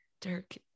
Dirk